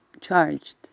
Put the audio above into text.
charged